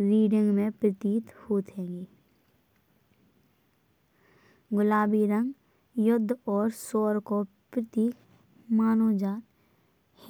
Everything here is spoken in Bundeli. रीडिंग में प्रतीत हो हइंगे। गुलाबी रंग युद्ध अउर शोर को प्रतीक मानो जात है।